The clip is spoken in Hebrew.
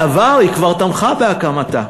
אף-על-פי שבעבר היא כבר תמכה בהקמתה,